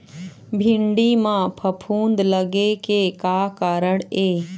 भिंडी म फफूंद लगे के का कारण ये?